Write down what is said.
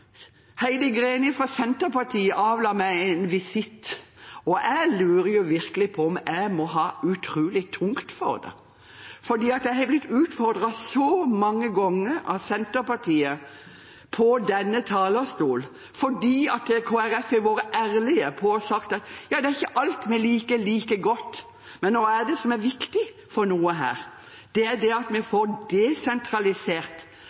Heidi Greni fra Senterpartiet avla meg en visitt, og jeg lurer virkelig på om jeg må ha utrolig tungt for det, for jeg har blitt utfordret så mange ganger av Senterpartiet fra denne talerstol fordi Kristelig Folkeparti har vært ærlig og sagt: Det er ikke alt vi liker like godt. Men hva er det som er viktig? Det er at vi får desentralisert makten, slik at beslutningene fattes nærmest mulig innbyggerne. Og det er